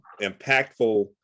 impactful